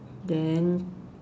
then